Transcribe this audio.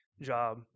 job